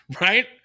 right